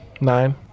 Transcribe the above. Nine